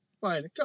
Fine